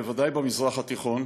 בוודאי במזרח התיכון,